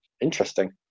Interesting